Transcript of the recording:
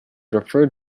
referred